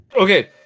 okay